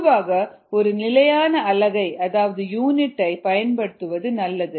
பொதுவாக ஒரு நிலையான அலகை அதாவது யூனிட்டை பயன்படுத்துவது நல்லது